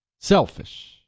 selfish